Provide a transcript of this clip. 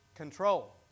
Control